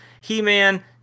He-Man